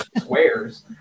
squares